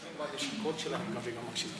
בישיבות שלהם הם לא מקשיבים.